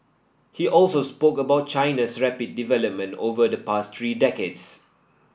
he also spoke about China's rapid development over the past three decades